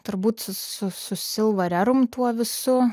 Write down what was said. turbūt su su silva rerum tuo visu